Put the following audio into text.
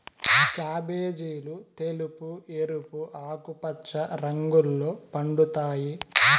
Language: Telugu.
క్యాబేజీలు తెలుపు, ఎరుపు, ఆకుపచ్చ రంగుల్లో పండుతాయి